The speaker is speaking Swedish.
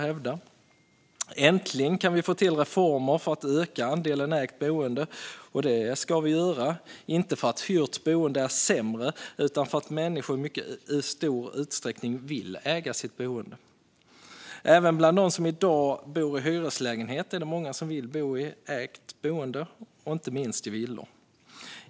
Äntligen kan vi få till reformer för att öka andelen ägt boende, och det ska vi göra, inte för att hyrt boende är sämre utan för att människor i mycket stor utsträckning vill äga sitt boende. Även bland dem som i dag bor i hyreslägenheter är det många som vill bo i ägt boende och inte minst i villor.